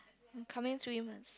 coming three months